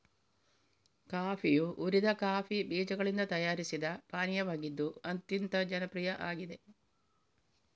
ಕಾಫಿಯು ಹುರಿದ ಕಾಫಿ ಬೀಜಗಳಿಂದ ತಯಾರಿಸಿದ ಪಾನೀಯವಾಗಿದ್ದು ಅತ್ಯಂತ ಜನಪ್ರಿಯ ಆಗಿದೆ